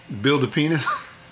Build-A-Penis